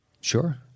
Sure